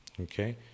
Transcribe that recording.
okay